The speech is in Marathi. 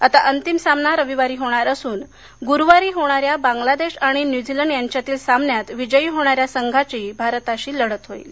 आता अंतिमसामना रविवारी होणार असून गुरुवारी होणाऱ्या बांगलादेश आणि न्यूझीलंड यांच्यातीलसामन्यात विजयी होणाऱ्या संघाशी भारताची लढत होईल